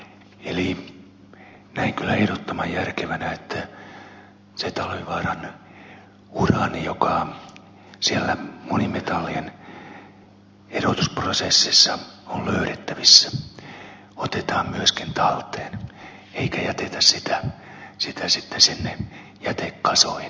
näen kyllä ehdottoman järkevänä että se talvivaaran uraani joka siellä monimetallien erotusprosessissa on löydettävissä otetaan myöskin talteen eikä jätetä sitä sitten sinne jätekasoihin